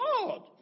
God